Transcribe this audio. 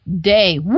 Day